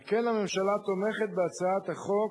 על כן הממשלה תומכת בהצעת החוק,